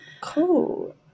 cool